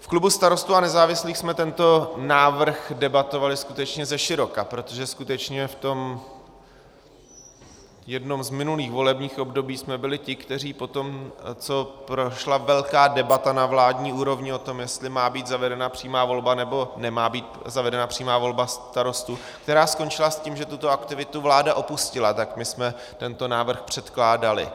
V klubu Starostů a nezávislých jsme tento návrh debatovali skutečně zeširoka, protože skutečně v jednom z minulých volebních období jsme byli ti, kteří poté, co prošla velká debata na vládní úrovni o tom, jestli má být zavedena přímá volba, nebo nemá být zavedena přímá volba starostů, která skončila s tím, že tuto aktivitu vláda opustila, tak my jsme tento návrh předkládali.